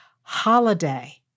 holiday